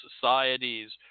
societies